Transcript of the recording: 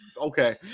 Okay